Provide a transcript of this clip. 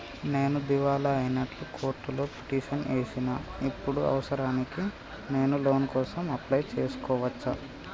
నేను దివాలా అయినట్లు కోర్టులో పిటిషన్ ఏశిన ఇప్పుడు అవసరానికి నేను లోన్ కోసం అప్లయ్ చేస్కోవచ్చా?